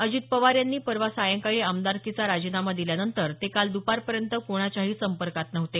अजित पवार यांनी परवा सायंकाळी आमदारकीचा राजीनामा दिल्यानंतर ते काल द्पारपर्यंत कोणाच्याही संपर्कात नव्हते